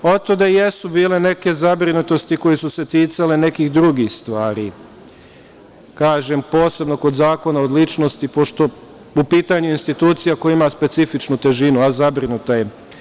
Otuda i jesu bile neke zabrinutosti koje su se ticale nekih drugih stvari, posebno kod zakona o ličnosti, pošto u pitanju je institucija koja ima specifičnu težinu, a zabrinuta je.